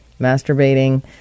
masturbating